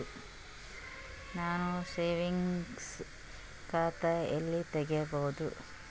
ನಾನು ಸೇವಿಂಗ್ಸ್ ಖಾತಾ ಎಲ್ಲಿ ತಗಿಬೋದು?